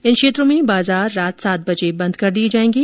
इन क्षेत्रों में बाजार रात सात बजे बंद कर दिए जाएंगे